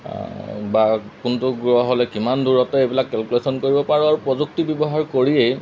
বা কোনটো গ্ৰহ'লৈ কিমান দূৰত্ব এইবিলাক কেলকুলেশ্যন কৰিব পাৰোঁ আৰু প্ৰযুক্তি ব্যৱহাৰ কৰিয়েই